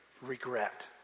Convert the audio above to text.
regret